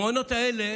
המעונות האלה